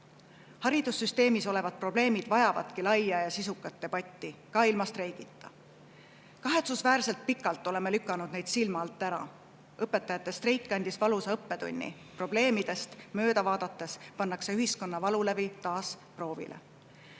Haridussüsteemis olevad probleemid vajavadki laia ja sisukat debatti, ka ilma streigita. Kahetsusväärselt pikalt oleme neid silma alt ära lükanud. Õpetajate streik andis valusa õppetunni. Probleemidest mööda vaadates pannakse ühiskonna valulävi taas